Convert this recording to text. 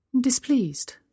displeased